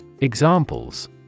Examples